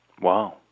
Wow